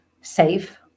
safe